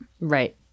Right